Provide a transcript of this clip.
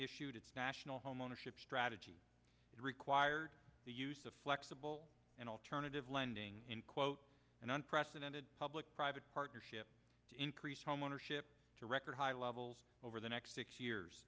issued its national homeownership strategy that required the use of flexible and alternative lending in quote an unprecedented public private partnership to increase home ownership to record high levels over the next six years